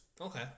Okay